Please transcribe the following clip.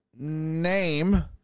name